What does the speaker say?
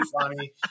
funny